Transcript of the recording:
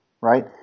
right